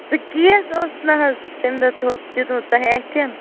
سُہ کیس اوس نہٕ حظ تَمہِ دۄہ دیُتمُت تۄہہِ اَتھِ